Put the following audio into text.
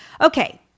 Okay